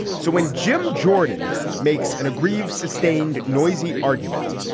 so when jim jordan makes an aggrieved, sustained, noisy argument,